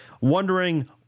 wondering